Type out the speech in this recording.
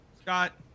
Scott